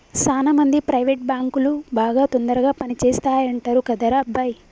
సాన మంది ప్రైవేట్ బాంకులు బాగా తొందరగా పని చేస్తాయంటరు కదరా అబ్బాయి